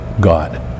God